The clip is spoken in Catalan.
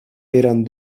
eren